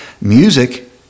Music